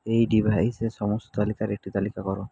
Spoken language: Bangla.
এই ডিভাইসে সমস্ত তালিকার একটি তালিকা করো